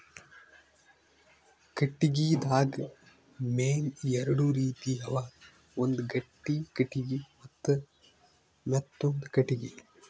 ಕಟ್ಟಿಗಿದಾಗ್ ಮೇನ್ ಎರಡು ರೀತಿ ಅವ ಒಂದ್ ಗಟ್ಟಿ ಕಟ್ಟಿಗಿ ಮತ್ತ್ ಮೆತ್ತಾಂದು ಕಟ್ಟಿಗಿ